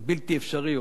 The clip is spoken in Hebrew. או משהו בסגנון הזה.